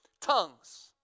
tongues